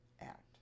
act